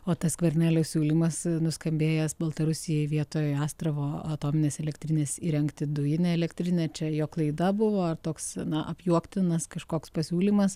o tas skvernelio siūlymas nuskambėjęs baltarusijai vietoj astravo atominės elektrinės įrengti dujinę elektrinę čia jo klaida buvo ar toks na apjuoktinas kažkoks pasiūlymas